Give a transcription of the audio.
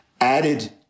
Added